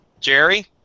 Jerry